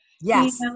yes